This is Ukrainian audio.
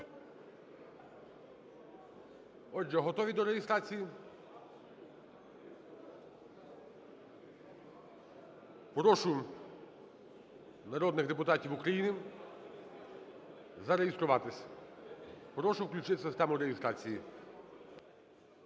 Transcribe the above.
Отже, готові до реєстрації? Прошу народних депутатів України зареєструватись. Прошу включити систему реєстрації.